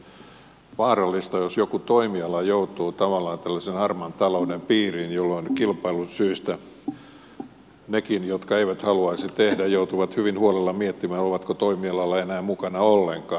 on vaarallista jos joku toimiala joutuu tavallaan tällaisen harmaan talouden piiriin jolloin kilpailusyistä nekin jotka eivät haluaisi tehdä niin joutuvat hyvin huolella miettimään ovatko toimialalla enää mukana ollenkaan